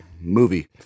movie